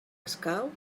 escau